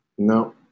No